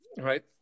right